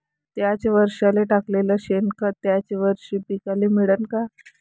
थ्याच वरसाले टाकलेलं शेनखत थ्याच वरशी पिकाले मिळन का?